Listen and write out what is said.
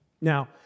Now